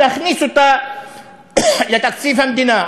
להכניס אותה לתקציב המדינה.